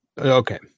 Okay